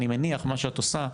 אני מניח שמה שאת עושה,